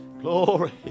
Glory